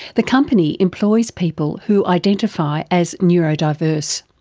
the company employs people who identify as neurodiverse.